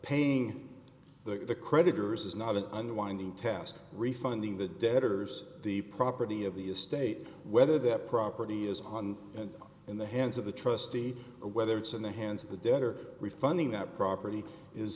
paying the creditors is not an underlining task refunding the debtors the property of the estate whether the property is on and in the hands of the trustee whether it's in the hands of the debtor refunding that property is